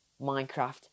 Minecraft